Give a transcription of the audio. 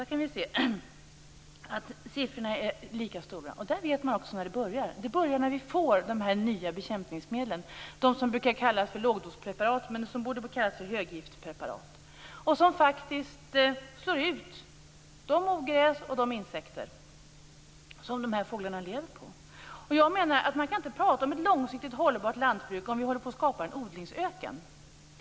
I den kan vi se att siffrorna är lika höga. Där vet man också när det här börjar. Det börjar när vi får de här nya bekämpningsmedlen, de som brukar kallas för lågdospreparat men som borde kallas för höggiftspreparat. Jag menar att man inte kan prata om ett långsiktigt hållbart lantbruk om vi håller på att skapa en odlingsöken.